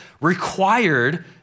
required